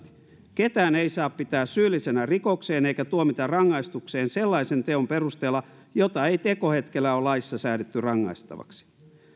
ketään ei saa pitää syyllisenä rikokseen eikä tuomita rangaistukseen sellaisen teon perusteella jota ei tekohetkellä ole laissa säädetty rangaistavaksi